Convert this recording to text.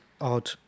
odd